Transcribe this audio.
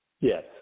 Yes